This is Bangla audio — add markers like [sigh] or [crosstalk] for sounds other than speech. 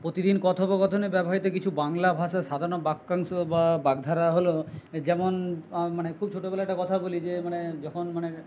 প্রতিদিন কথোপকথনে ব্যবহৃত কিছু বাংলা ভাষা [unintelligible] বাক্যাংশ বা বাগধারা হলো যেমন মানে খুব ছোটোবেলায় একটা কথা বলি যে মানে যখন মানে